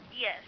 Yes